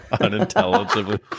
unintelligibly